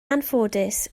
anffodus